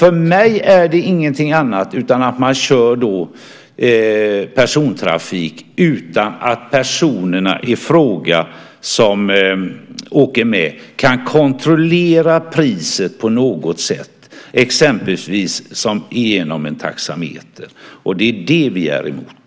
För mig är det ingenting annat än att man kör persontrafik utan att personerna i fråga som åker med kan kontrollera priset på något sätt, exempelvis genom en taxameter. Det är vad vi är emot.